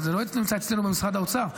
זה לא נמצא אצלנו במשרד האוצר.